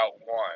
one